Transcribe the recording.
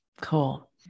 cool